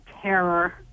terror